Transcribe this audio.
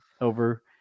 over